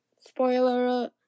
spoiler